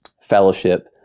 fellowship